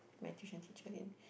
my tuition teacher